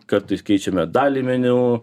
kartais keičiame dalį meniu